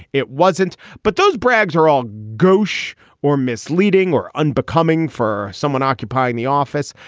it wasn't but those braggs are all gauche or misleading or unbecoming for someone occupying the office.